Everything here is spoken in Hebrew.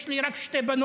יש לי רק שתי בנות,